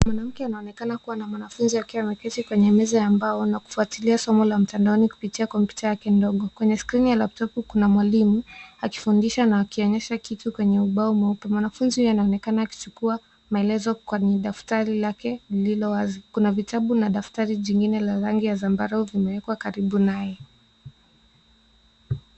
Mwanamke anaonekana kuwa na mwanafunzi akiwa ameketi kwenye meza ya mbao kufuatilia somo la mtandaoni kupitia kompyuta yake ndogo. Kwenye skrini ya laptop , kuna mwalimu akifundisha na akionyesha kitu kwenye ubao mweupe. Mwanafunzi huyu anaonekana akichukua maelezo kwenye daftari lake lililo wazi. Kuna vitabu na daftari jingine la rangi ya zambarau vimewekwa karibu naye.